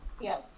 Yes